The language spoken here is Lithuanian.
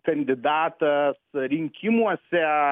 kandidatas rinkimuose